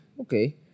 Okay